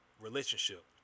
relationship